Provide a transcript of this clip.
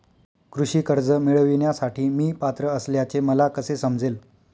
कृषी कर्ज मिळविण्यासाठी मी पात्र असल्याचे मला कसे समजेल?